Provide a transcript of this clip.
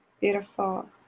Beautiful